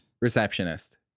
Receptionist